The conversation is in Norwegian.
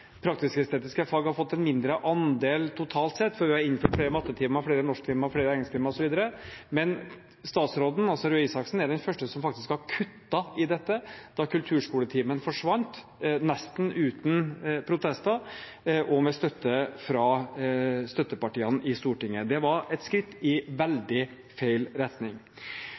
fag har fått en mindre andel totalt sett, for vi har innført flere mattetimer, norsktimer og engelsktimer osv., men statsråd Røe Isaksen er den første som faktisk har kuttet i dette, da kulturskoletimen forsvant, nesten uten protester og med støtte fra støttepartiene i Stortinget. Det var et skritt i veldig feil retning.